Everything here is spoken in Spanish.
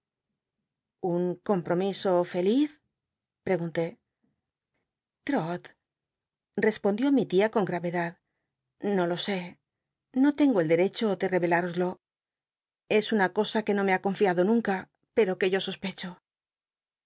un compromiso feliz pregunté trot respondió mi tia con gl'avedad no lo sé no tengo el derecho de revelároslo es una cosa que no me ha conllado nunca pero que yo sospecho